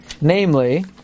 namely